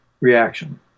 reaction